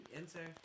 enter